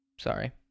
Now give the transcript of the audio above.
Sorry